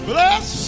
Bless